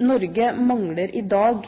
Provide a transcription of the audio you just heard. Norge mangler i dag